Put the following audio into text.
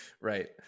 right